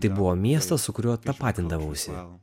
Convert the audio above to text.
tai buvo miestas su kuriuo tapatindavausi